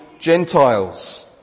Gentiles